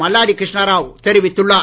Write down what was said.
மல்லாடி கிருஷ்ணாராவ் தெரிவித்துள்ளார்